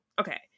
okay